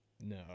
No